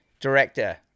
Director